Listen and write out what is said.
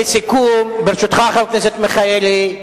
לסיכום, ברשותך, חבר הכנסת מיכאלי,